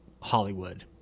Hollywood